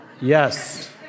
Yes